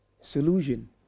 Solution